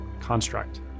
construct